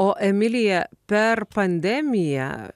o emilija per pandemiją